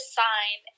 sign